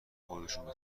خودشون